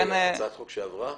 רגע, הצעת חוק שעברה?